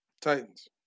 Titans